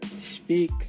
speak